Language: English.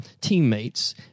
teammates